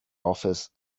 office